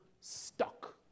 stuck